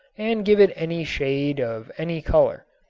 and give it any shade of any color.